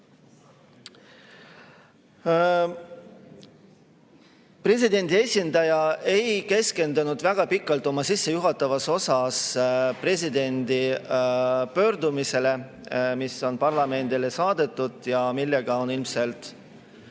Presidendi esindaja ei keskendunud väga pikalt oma sissejuhatavas osas presidendi pöördumisele, mis on parlamendile saadetud ja millega on ilmselt